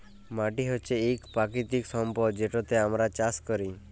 মাটি হছে ইক পাকিতিক সম্পদ যেটতে আমরা চাষ ক্যরি